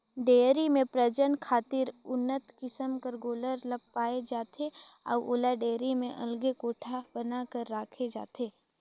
dairy में प्रजनन खातिर उन्नत किसम कर गोल्लर ल पाले जाथे अउ ओला डेयरी में अलगे कोठा बना कर राखे जाथे